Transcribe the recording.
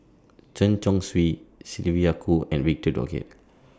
Chen Chong Swee Sylvia Kho and Victor Doggett